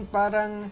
parang